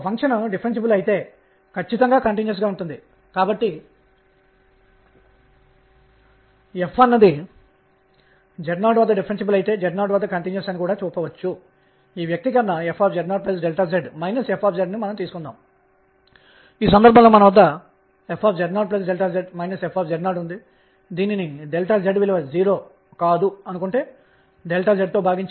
ఇచ్చిన కక్ష్య ఈ విధంగా ఉంటే దూరం r1 స్వల్ప దూరం r2 దూరం ఉంటుంది మరియు నేను లెక్కించినప్పుడు ఉదాహరణకు prdr r1r2prdr r2r1prdr సమరూపత కారణంగా రెండు ఇంటిగ్రల్ విలువలు ఒకే సమాధానం ఇస్తుంది